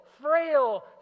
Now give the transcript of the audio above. frail